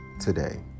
today